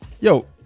yo